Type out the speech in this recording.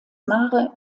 mare